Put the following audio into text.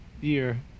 year